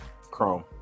Chrome